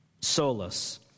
Solus